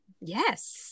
Yes